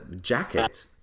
jacket